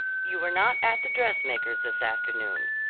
you were not at the dressmaker's this afternoon,